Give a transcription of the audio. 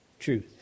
truth